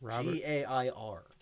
G-A-I-R